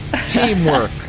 Teamwork